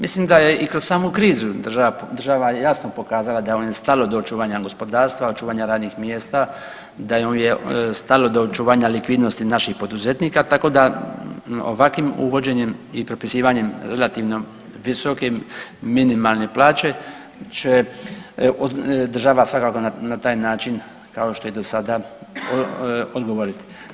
Mislim da je i kroz samu krizu država, država je jasno pokazala da joj je stalo do očuvanja gospodarstva, očuvanja radnih mjesta, da joj je stalo do očuvanja likvidnosti naših poduzetnika tako da ovakvim uvođenjem i propisivanjem relativno visokim minimalne plaće će država svakako na taj način kao što je i do sada odgovoriti.